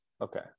Okay